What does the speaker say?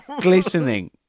glistening